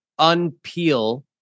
unpeel